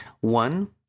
One